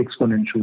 exponential